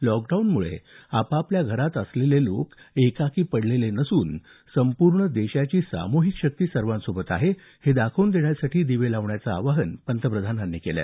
लॉकडाऊनमुळे आपापल्या घरात असलेले लोक एकाकी पडलेले नसून संपूर्ण देशाची सामुहिक शक्ती सर्वांसोबत आहे हे दाखवून देण्यासाठी दिवे लावण्याचं आवाहन पंतप्रधानांनी केलं